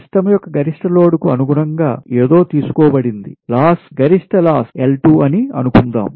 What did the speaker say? system యొక్క గరిష్ట load కు అనుగుణంగా ఏదో తీసుకోబడింది లాస్ గరిష్ట లాస్ నష్టం L2 అని అనుకుందాం